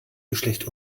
geschlecht